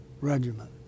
regiment